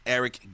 Eric